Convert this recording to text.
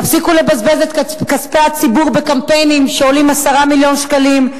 תפסיקו לבזבז את כספי הציבור בקמפיינים שעולים 10 מיליון שקלים.